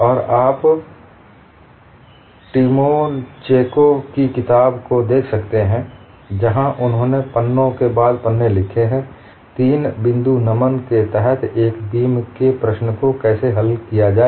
और आप टिमोचेंको की किताब को देख सकते हैं जहां उन्होंने पन्नों के बाद पन्ने लिखे हैं 3 बिंदु नमन के तहत एक बीम के प्रश्न को कैसे हल किया जाए